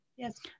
Yes